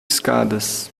escadas